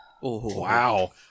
wow